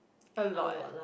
a lot